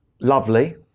Lovely